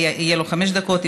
יהיה לו חמש דקות,